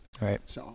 Right